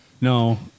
No